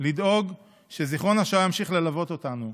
הוא לדאוג שזיכרון השואה ימשיך ללוות אותנו,